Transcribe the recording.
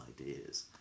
ideas